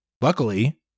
Luckily